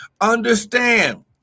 Understand